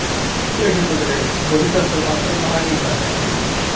లేకపోతే లేదు కొడితే అప్పుడు మాత్రం బాగా ఇబ్బంది అయ్యిద్ది ఇక